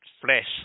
Flesh